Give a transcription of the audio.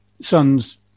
son's